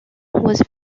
was